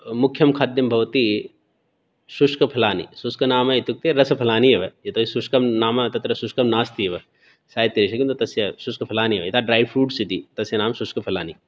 मुख्यं खाद्यं भवति शुष्कफलानि शुष्क नाम इत्युक्ते रसफलानि एव यतोहि शुष्कं नाम तत्र शुष्कं नास्त्येव साहित्येषु एव किन्तु तस्य शुष्कफलानि एव एतत् ड्रैफ़्रुट्स् इति तस्य नाम शुष्कफलानि